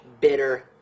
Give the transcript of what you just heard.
bitter